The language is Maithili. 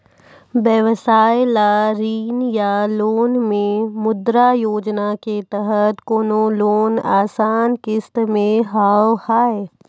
व्यवसाय ला ऋण या लोन मे मुद्रा योजना के तहत कोनो लोन आसान किस्त मे हाव हाय?